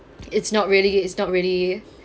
it's not really it's not really